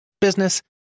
business